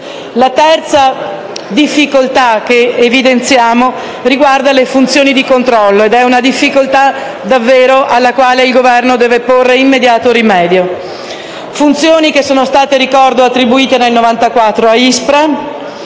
La terza difficoltà che evidenziamo riguarda le funzioni di controllo ed è una difficoltà alla quale il Governo deve davvero porre immediato rimedio. Funzioni che sono state attribuite nel 1994 ad ISPRA,